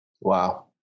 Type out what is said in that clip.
Wow